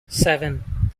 seven